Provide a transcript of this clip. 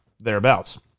thereabouts